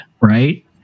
Right